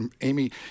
amy